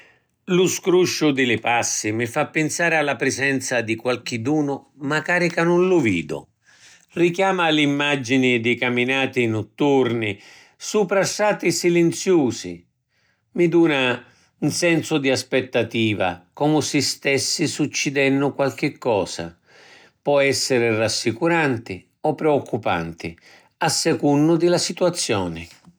Lu scrusciu di li passi mi fa pinsari a la prisenza di qualchidunu macari ca nun lu vidu. Richiama l’immagini di caminati nutturni supra strati silinziusi. Mi duna ‘n sensu di aspittativa comu si stessi succidennu qualchi cosa. Pò essiri rassicuranti o preoccupanti a secunnu di la situazioni.